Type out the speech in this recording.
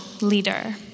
leader